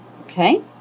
Okay